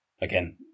again